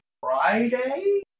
Friday